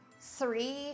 three